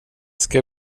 ska